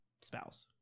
spouse